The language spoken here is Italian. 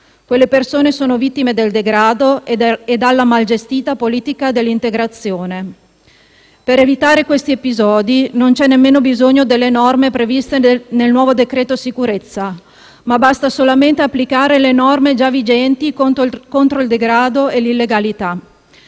Quelle persone sono vittime del degrado e della mal gestita politica dell'integrazione. Per evitare questi episodi non c'è nemmeno bisogno delle norme previste nel nuovo decreto sicurezza; basta solamente applicare le norme già vigenti contro il degrado e l'illegalità.